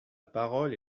parole